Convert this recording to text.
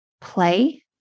play